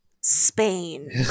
Spain